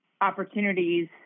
opportunities